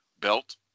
Belt